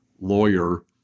lawyer